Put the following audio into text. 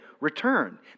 return